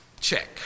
check